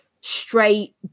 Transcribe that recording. straight